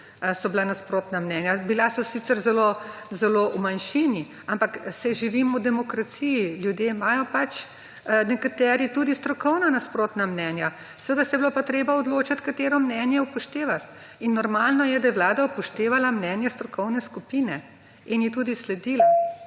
so bila nasprotna mnenja. Bila so sicer zelo zelo v manjšini, ampak saj živimo v demokraciji. Nekateri ljudje imajo pač tudi strokovna nasprotna mnenja. Seveda se je bilo pa treba odločiti, katero mnenje upoštevati. Normalno je, da je vlada upoštevala mnenje strokovne skupine in ji tudi sledila.